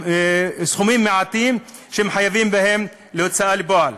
סכומים מעטים שהם חייבים להוצאה לפועל.